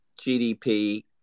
GDP